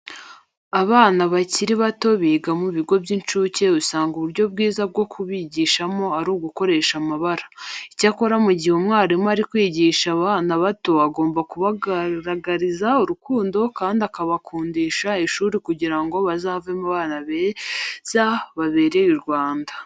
Abana bakiri bato biga mu bigo by'incuke usanga uburyo bwiza bwo kubigishamo ari ugukoresha amabara. Icyakora mu gihe umwarimu ari kwigisha abana bato agomba kubagaragariza urukundo kandi akabakundisha ishuri kugira ngo bazavemo abana beza babereye u Rwanda.